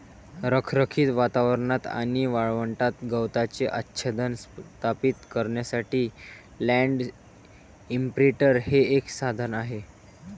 रखरखीत वातावरणात आणि वाळवंटात गवताचे आच्छादन स्थापित करण्यासाठी लँड इंप्रिंटर हे एक साधन आहे